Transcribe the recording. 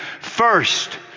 first